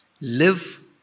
live